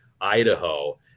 Idaho